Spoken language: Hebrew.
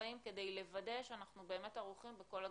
החיים כדי לוודא שאנחנו באמת ערוכים בכל הגזרות.